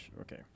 Okay